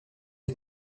des